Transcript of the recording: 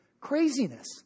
craziness